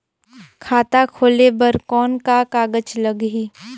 खाता खोले बर कौन का कागज लगही?